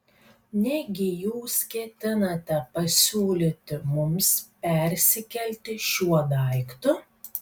negi jūs ketinate pasiūlyti mums persikelti šiuo daiktu